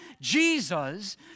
Jesus